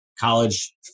College